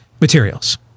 materials